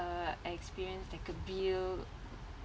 uh experience like a b~